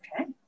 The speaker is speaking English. Okay